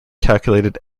calculated